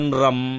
ram